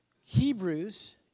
Hebrews